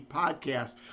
podcast